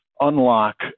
unlock